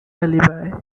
alibi